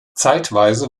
zeitweise